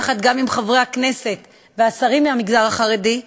יחד גם עם חברי הכנסת והשרים מהמגזר החרדי,